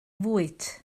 fwyd